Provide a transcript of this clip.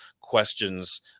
questions